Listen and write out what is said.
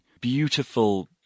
beautiful